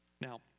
Now